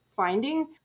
Finding